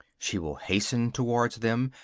she will hasten towards them,